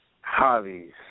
Hobbies